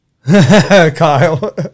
Kyle